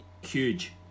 Huge